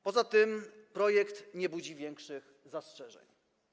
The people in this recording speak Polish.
Poza tym projekt nie budzi większych zastrzeżeń.